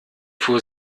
fuhr